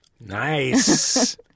Nice